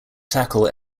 tackle